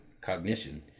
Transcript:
cognition